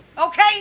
Okay